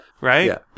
Right